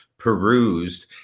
perused